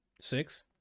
Six